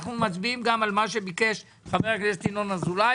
אנחנו מצביעים גם על מה שביקש חבר הכנסת ינון אזולאי